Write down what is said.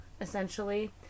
essentially